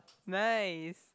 nice